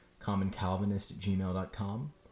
commoncalvinistgmail.com